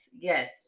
Yes